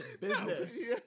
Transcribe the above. business